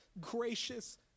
gracious